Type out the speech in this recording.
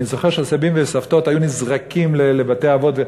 אני זוכר שהסבים והסבתות היו נזרקים לבתי-אבות.